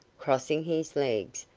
crossing his legs,